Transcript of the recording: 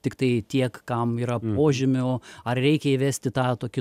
tiktai tiek kam yra požymių ar reikia įvesti tą tokį